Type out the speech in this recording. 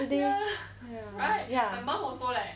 right my mum also leh